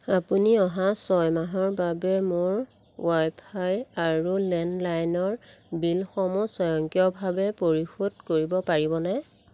আপুনি অহা ছয় মাহৰ বাবে মোৰ ৱাইফাই আৰু লেণ্ডলাইনৰ বিলসমূহ স্বয়ংক্ৰিয়ভাৱে পৰিশোধ কৰিব পাৰিবনে